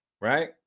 right